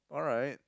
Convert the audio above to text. alright